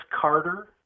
Carter